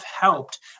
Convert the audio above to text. helped